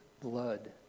blood